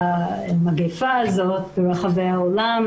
המגפה ברחבי העולם.